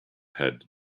had